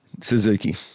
Suzuki